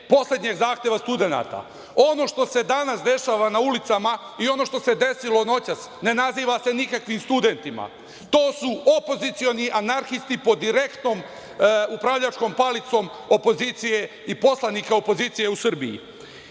poslednjih zahteva studenta. Ono što se danas dešava na ulicama i ono što se desilo noćas ne naziva se nikakvim studentima, to su opozicioni anarhisti pod direktnom upravljačkom palicom opozicije i poslanika opozicije u Srbiji.